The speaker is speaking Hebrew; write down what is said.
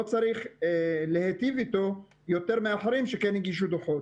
צריך להיטיב איתו יותר מאחרים שכן הגישו דוחות,